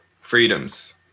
Freedoms